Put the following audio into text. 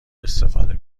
استفاده